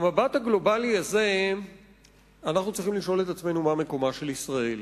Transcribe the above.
במבט הגלובלי הזה אנחנו צריכים לשאול את עצמנו מה מקומה של ישראל.